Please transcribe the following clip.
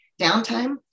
downtime